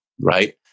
right